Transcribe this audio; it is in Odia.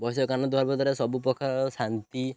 ବୈଷୟିକ ଜ୍ଞାନ ଦେବା ମଧ୍ୟରେ ସବୁ ପ୍ରକାର ଶାନ୍ତି